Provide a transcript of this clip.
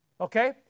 Okay